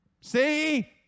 See